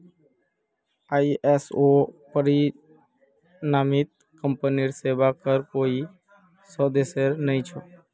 ISO प्रमाणित कंपनीर सेवार पर कोई संदेह नइ छ